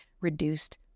reduced